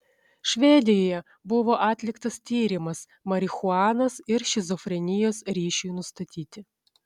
švedijoje buvo atliktas tyrimas marihuanos ir šizofrenijos ryšiui nustatyti